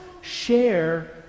share